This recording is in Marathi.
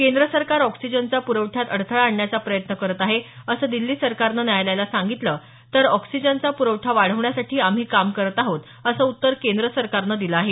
केंद्र सरकार ऑक्सिजनचा प्रवठ्यात अडथळा आणण्याचा प्रयत्न करत आहे अस दिल्ली सरकारने न्यायालयाला सांगितलं तर ऑक्सेजनचा पुरवठा वाढवण्यासाठी आम्ही काम करत आहोत असं उत्तर केंद्र सरकारनं दिलं आहे